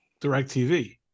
DirecTV